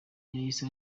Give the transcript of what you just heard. yahise